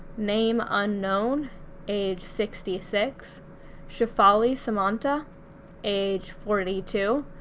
name unknown age sixty six shefali samanta age forty two,